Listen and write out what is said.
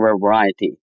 variety